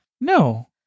No